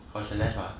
I'm so less what